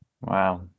Wow